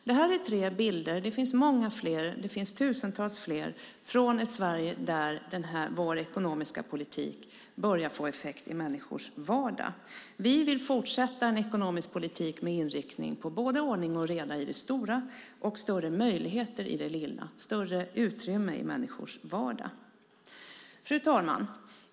Det här var tre bilder, men det finns tusentals fler från ett Sverige där vår ekonomiska politik börjar ge effekt i människors vardag. Vi vill fortsätta vår ekonomiska politik med inriktning på ordning och reda i det stora och större möjligheter och utrymme i det lilla, i vardagen. Fru talman!